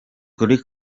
kuri